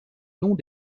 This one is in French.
noms